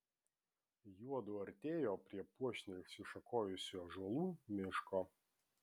juodu artėjo prie puošniai išsišakojusių ąžuolų miško